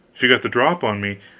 if he got the drop on me,